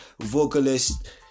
vocalist